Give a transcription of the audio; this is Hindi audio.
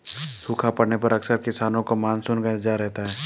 सूखा पड़ने पर अक्सर किसानों को मानसून का इंतजार रहता है